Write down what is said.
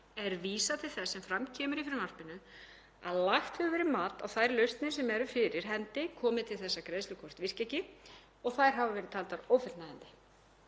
er vísað til þess sem fram kemur í frumvarpinu; að lagt hefur verið mat á þær lausnir sem eru fyrir hendi komi til þess að greiðslukort virki ekki og þær hafa verið taldar ófullnægjandi.